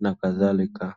na kadhalika.